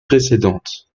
précédente